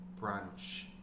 brunch